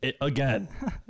again